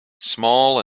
small